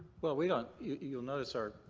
well, we don't. you'll notice our.